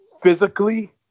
physically